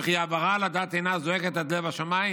וכי העברה על הדת אינה זועקת עד לב השמיים?